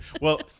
well-